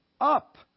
up